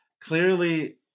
clearly